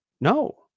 no